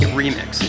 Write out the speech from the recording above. remix